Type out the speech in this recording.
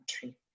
country